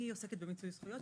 אני עוסקת במיצוי זכויות,